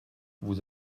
vous